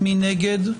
מי נגד?